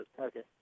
Okay